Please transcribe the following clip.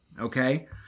Okay